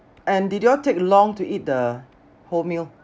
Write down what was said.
and did you all take long to eat the whole meal